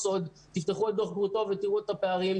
תפתחו את דוח גרוטו ותראו את הפערים.